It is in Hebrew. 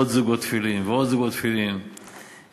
עוד זוגות תפילין ועוד זוגות תפילין הגיעו,